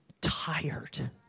tired